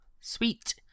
Sweet